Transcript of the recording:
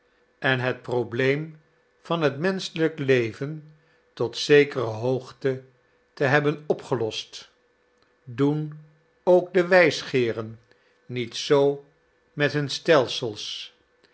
en het probleem van het menschelijk leven tot zekere hoogte te hebben opgelost doen ook de wijsgeeren niet zoo met hun stelsels